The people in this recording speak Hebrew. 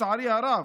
לצערי הרב,